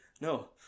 No